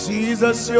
Jesus